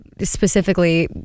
specifically